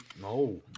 No